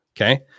Okay